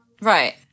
Right